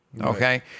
okay